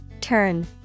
Turn